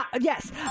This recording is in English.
Yes